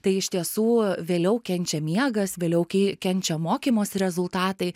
tai iš tiesų vėliau kenčia miegas vėliau kenčia mokymosi rezultatai